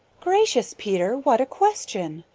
gracious, peter, what a question!